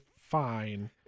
fine